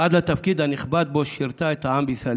עד לתפקיד הנכבד שבו שירתה את העם בישראל.